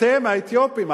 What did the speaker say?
אתם האתיופים,